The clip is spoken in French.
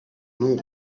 nom